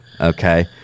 Okay